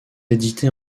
édités